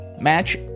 match